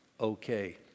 okay